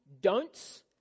don'ts